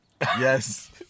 Yes